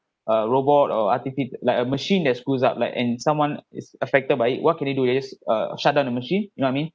a robot or artifi~ like a machine the screws up and someone is affected by it what can it do is uh shut down the machine you know I mean